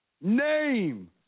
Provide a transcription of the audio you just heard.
name